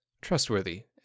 trustworthy